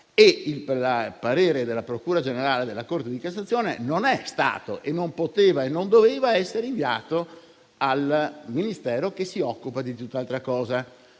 il parere della procura generale della Corte di cassazione non è stato, non poteva e non doveva essere inviato al Ministero che si occupa di tutt'altra cosa.